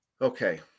Okay